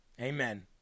Amen